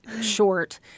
short